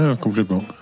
complètement